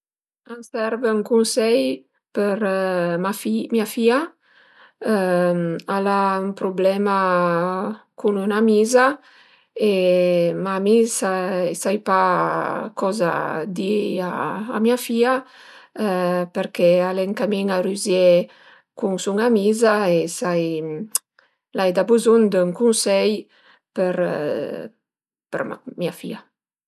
A m'serv ün cunsei për ma mia fìa. Al e ün prublema cun ün'amiza, ma mi sai pa coza di a mia fìa perché al e ën camin a rüzié cun sun amiza e sai l'ai da buzgn d'ün cunsei për ma mia fìa